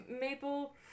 maple